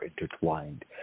intertwined